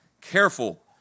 careful